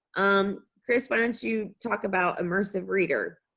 um chris why don't you talk about immersive reader?